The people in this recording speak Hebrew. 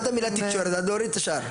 עד המילה "תקשורת" ולהוריד את השאר.